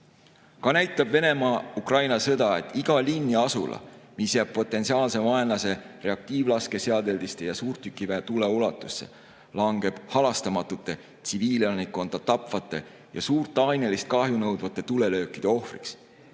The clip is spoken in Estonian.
näitab Venemaa-Ukraina sõda, et iga linn ja asula, mis jääb potentsiaalse vaenlase reaktiivlaskeseadeldiste ja suurtükiväe tuleulatusse, langeb halastamatute, tsiviilelanikkonda tapvate ja suurt ainelist kahju nõudvate tulelöökide ohvriks.